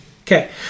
Okay